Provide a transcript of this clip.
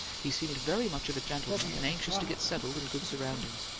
he seemed very much of a gentleman, and anxious to get settled in good surroundings.